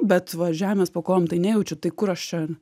bet va žemės po kojom tai nejaučiu tai kur aš čia